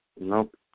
Nope